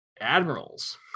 Admirals